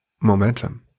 Momentum